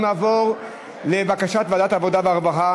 אנחנו נעבור לבקשת ועדת העבודה והרווחה